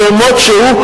כמות שהוא,